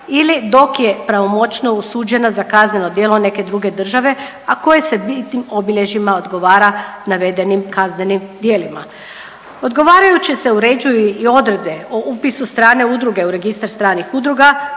ili dok je pravomoćno osuđena za kazneno djelo neke druge države ako se tim obilježjima odgovara navedenim kaznenim djelima. Odgovarajuće se uređuju i odredbe o upisu strane udruge u Registar stranih udruga